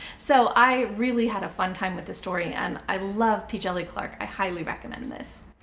so i really had a fun time with the story and i love p. djeli clark. i highly recommend this.